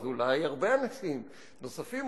אולי הרבה אנשים נוספים,